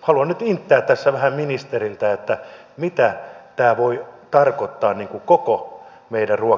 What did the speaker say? haluan nyt inttää tässä vähän ministeriltä mitä tämä voi tarkoittaa koko meidän ruokaketjussa